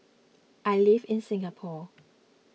I live in Singapore